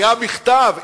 היה מכתב.